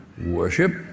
worship